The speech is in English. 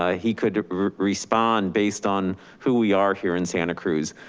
ah he could respond based on who we are here in santa cruz.